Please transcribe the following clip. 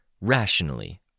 Rationally